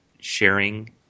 sharing